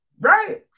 Right